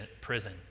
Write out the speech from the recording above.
prison